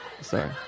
Sorry